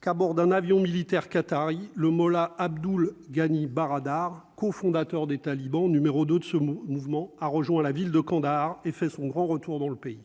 qu'à bord d'un avion militaire qatari, le Mollah Abdul Ghani Baradar, cofondateur des talibans, numéro 2 de ce mouvement, a rejoint la ville de Kandahar et fait son grand retour dans le pays,